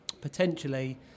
potentially